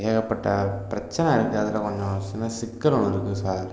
ஏகப்பட்ட பிரச்சின இருக்குது அதில் கொஞ்சம் சின்ன சிக்கல் கொஞ்சம் இருக்குது சார்